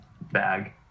bag